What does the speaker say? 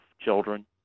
children